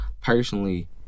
personally